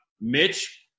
Mitch